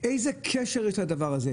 איזה קשר יש לדבר הזה?